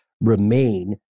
remain